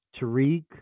Tariq